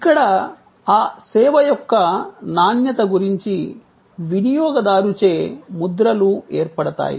ఇక్కడ ఆ సేవ యొక్క నాణ్యత గురించి వినియోగదారుచే ముద్రలు ఏర్పడతాయి